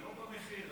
לא במחיר,